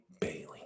Bailey